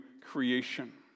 creation